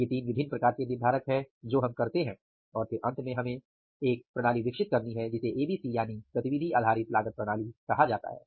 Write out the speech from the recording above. ये 3 अलग अलग प्रकार के निर्धारक हैं जो हम करते हैं और फिर अंत में हम एक प्रणाली विकसित करते हैं जिसे एबीसी यानि गतिविधि आधारित लागत प्रणाली कहा जाता है